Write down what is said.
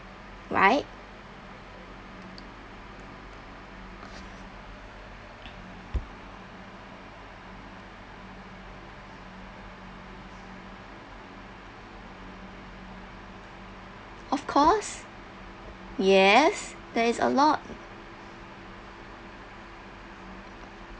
right of course yes there is a lot